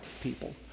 people